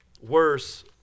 worse